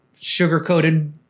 sugar-coated